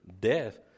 death